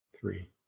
three